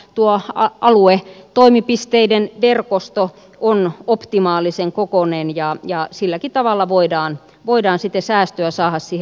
tuo aluetoimipisteiden verkosto on optimaalisen kokoinen ja ja silläkin tavalla voidaan voidaan siten säästyä sahasi